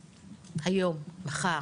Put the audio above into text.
היום, מחר.